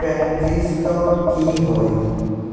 transistor কি হয়